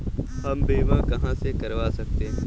हम बीमा कहां से करवा सकते हैं?